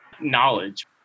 Knowledge